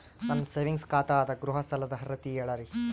ನನ್ನ ಸೇವಿಂಗ್ಸ್ ಖಾತಾ ಅದ, ಗೃಹ ಸಾಲದ ಅರ್ಹತಿ ಹೇಳರಿ?